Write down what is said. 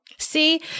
See